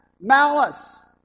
malice